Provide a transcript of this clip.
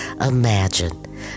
imagine